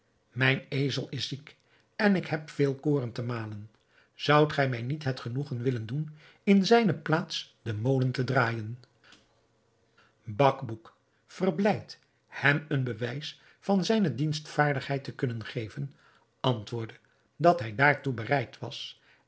mijn ezel is ziek en ik heb veel koren te malen zoudt gij mij niet het genoegen willen doen in zijne plaats den molen te draaijen bacbouc verblijd hem een bewijs van zijne dienstvaardigheid te kunnen geven antwoordde dat hij daartoe bereid was